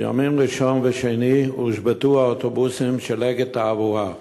בימים ראשון ושני הושבתו האוטובוסים של "אגד תעבורה".